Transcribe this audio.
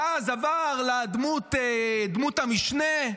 ואז עבר לדמות המשנה,